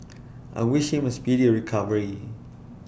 I wish him A speedy recovery